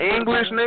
English